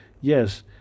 Yes